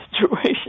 situation